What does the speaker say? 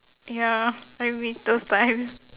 ya I miss those time